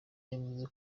yavuze